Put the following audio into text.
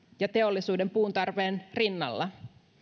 ja teollisuuden puuntarpeen rinnalla